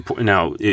now